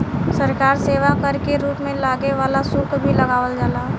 सरकार सेवा कर के रूप में लागे वाला शुल्क भी लगावल जाला